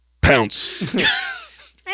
Pounce